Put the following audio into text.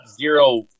zero –